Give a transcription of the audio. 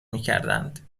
میکردند